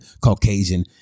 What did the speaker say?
Caucasian